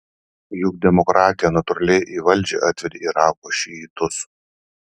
juk demokratija natūraliai į valdžią atvedė irako šiitus